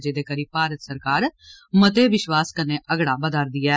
जेहदे करी भारत सरकार मते विश्वास कन्नै अगड़ा बदा'रदी ऐ